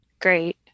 great